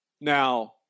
now